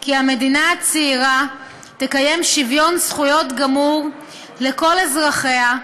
כי המדינה הצעירה תקיים שוויון זכויות גמור לכל אזרחיה,